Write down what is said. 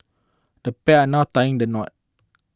the pair are now tying the knot